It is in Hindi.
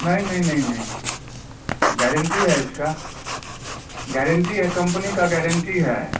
नहीं नहीं नहीं नहीं गारंटी है इसका गारंटी है कंपनी का गारंटी है